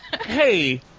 hey